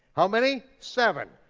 how many, seven.